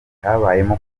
habayemo